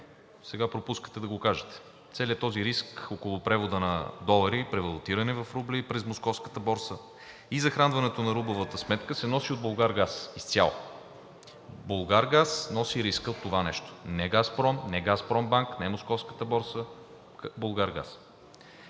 сега пропускате да го кажете. Целият този риск около превода на долари и превалутиране в рубли през Московската борса и захранването на рублевата сметка се носи изцяло от „Булгаргаз“. „Булгаргаз“ носи риска от това нещо – не „Газпром“, не „Газпромбанк“, не Московската борса, а „Булгаргаз“.